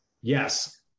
yes